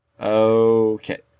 Okay